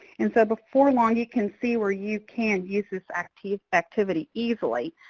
and so before long, you can see where you can use this activity activity easily,